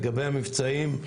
לגבי המבצעים,